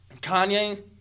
Kanye